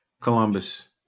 Columbus